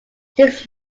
six